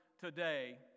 today